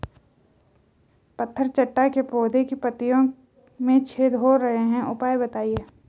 पत्थर चट्टा के पौधें की पत्तियों में छेद हो रहे हैं उपाय बताएं?